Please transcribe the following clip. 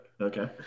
Okay